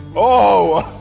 oh,